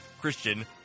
Christian